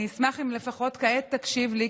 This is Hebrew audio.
אני אשמח אם לפחות כעת תקשיב לי,